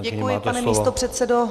Děkuji, pane místopředsedo.